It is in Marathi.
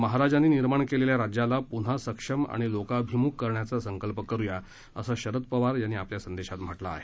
महाराजांनी निर्माण केलेल्या राज्याला प्न्हा सक्षम आणि लोकाभिमुख करण्याचा संकल्प करूयाअसं शरद पवार यांनी आपल्या संदेशात म्हटलं आहे